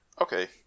Okay